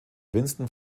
winston